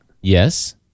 Yes